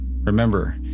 Remember